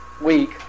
week